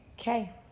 Okay